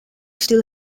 still